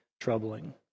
troubling